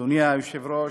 אדוני היושב-ראש,